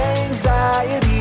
anxiety